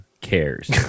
cares